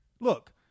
look